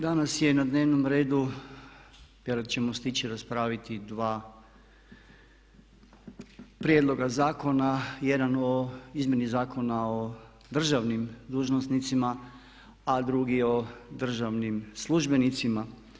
Danas je na dnevnom redu kada ćemo stići raspraviti dva prijedloga zakona, jedan o izmjeni Zakona o državnim dužnosnicima, a drugi o državnim službenicima.